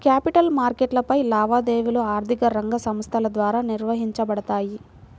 capital మార్కెట్లపై లావాదేవీలు ఆర్థిక రంగ సంస్థల ద్వారా నిర్వహించబడతాయి